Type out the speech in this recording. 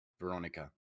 veronica